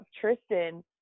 Tristan